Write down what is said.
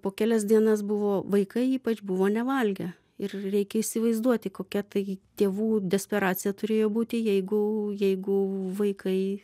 po kelias dienas buvo vaikai ypač buvo nevalgę ir reikia įsivaizduoti kokia tai tėvų desperacija turėjo būti jeigu jeigu vaikai